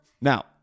Now